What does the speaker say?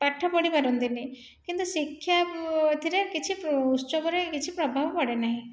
ପିଲାମାନେ ପାଠ ପଢ଼ିପାରନ୍ତି ନାହିଁ କିନ୍ତୁ ଶିକ୍ଷା ଏଥିରେ ଉତ୍ସବରେ କିଛି ପ୍ରଭାବ ପଡ଼େ ନାହିଁ